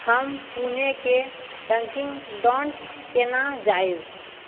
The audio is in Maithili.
हम पुणेके डन्किन डॉनट्स कोना जाएब